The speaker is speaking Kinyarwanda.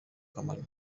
kamonyi